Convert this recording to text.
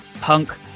punk